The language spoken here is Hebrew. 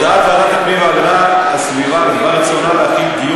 הודעת ועדת הפנים והגנת הסביבה בדבר רצונה להחיל דין